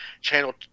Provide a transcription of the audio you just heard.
Channel